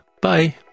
bye